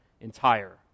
entire